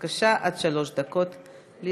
בבקשה, עד שלוש דקות לרשותך.